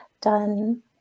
done